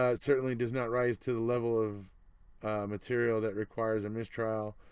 ah certainly does not rise to the level of material that requires a mistrial.